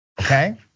Okay